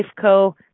Co